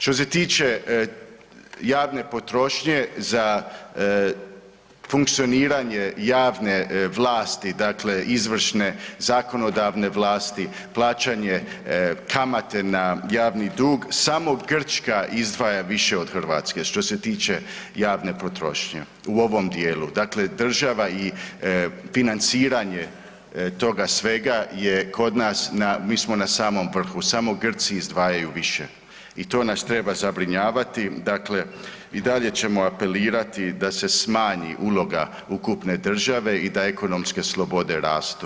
Što se tiče javne potrošnje za funkcioniranje javne vlasti, dakle izvršne, zakonodavne vlasti, plaćanje kamate na javni dug, samo Grčka izdvaja više od Hrvatske što se tiče javne potrošnje, u ovom dijelu, dakle država i financiranje toga svega je kod nas, mi smo na samom vrhu, samo Grci izdvajaju više i to nas treba zabrinjavati, dakle i dalje ćemo apelirati da se smanji uloga ukupne države i da ekonomske slobode rastu.